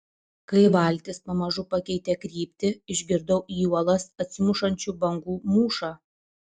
kai valtis pamažu pakeitė kryptį išgirdau į uolas atsimušančių bangų mūšą